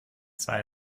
zwei